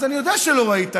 אז אני יודע שלא ראית,